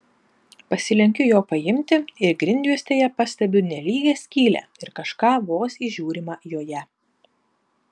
pasilenkiu jo paimti ir grindjuostėje pastebiu nelygią skylę ir kažką vos įžiūrima joje